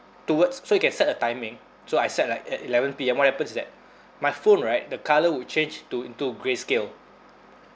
towards so you can set a timing so I set like at eleven P_M what happens is that my phone right the colour will change to into grayscale